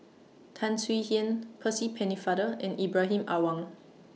Tan Swie Hian Percy Pennefather and Ibrahim Awang